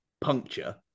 puncture